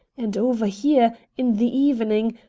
and over here, in the evening,